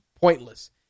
pointless